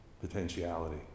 potentiality